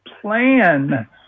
plan